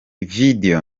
video